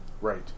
Right